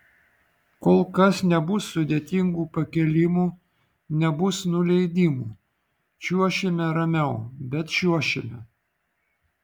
kol kas nebus sudėtingų pakėlimų nebus nuleidimų čiuošime ramiau bet čiuošime